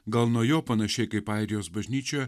gal nuo jo panašiai kaip airijos bažnyčioje